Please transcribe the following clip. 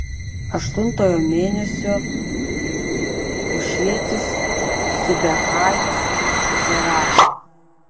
aštuntojo mėnesio hušietis sibechajas iš zerachų